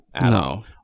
no